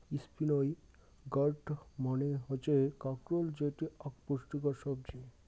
spiny gourd মানে হসে কাঁকরোল যেটি আক পুষ্টিকর সবজি